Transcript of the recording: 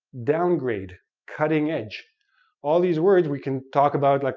downgrade, cutting-edge all these words, we can talk about, like